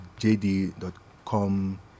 JD.com